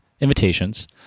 invitations